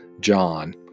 John